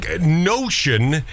notion